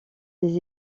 des